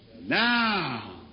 Now